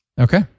Okay